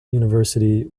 university